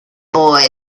boy